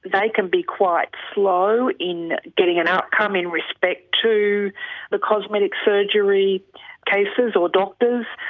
they can be quite slow in getting an outcome in respect to the cosmetic surgery cases or doctors.